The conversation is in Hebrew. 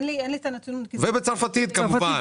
ובצרפתית, כמובן.